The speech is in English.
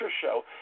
show